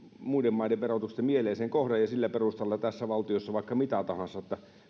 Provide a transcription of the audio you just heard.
muiden maiden verotuksesta mieleisensä kohdan ja sillä perustella tässä valtiossa vaikka mitä tahansa